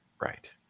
Right